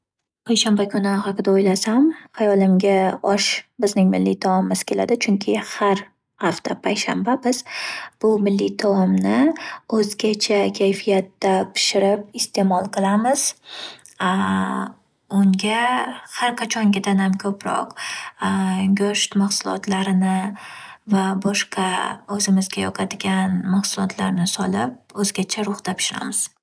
Payshanba kuni haqida o’ylasam, hayolimga osh, bizning milliy taomimiz keladi, chunki har hafta payshanba biz bu milliy taomni o’zgacha kayfiyatda pishirib iste’mol qilamiz. Unga har qachongidanam ko’proq go’sht mahsulotlarini va boshqa ozimizga yoqadigan mahsulotlarni solib o'zgacha ruhda pishiramiz.